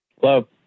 Hello